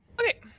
Okay